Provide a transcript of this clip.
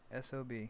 SOB